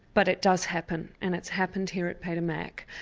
but it does happen, and it's happened here at peter mac.